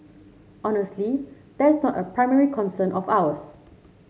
honestly that's not a primary concern of ours